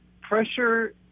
pressure